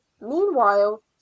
meanwhile